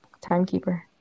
Timekeeper